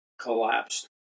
collapsed